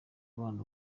abana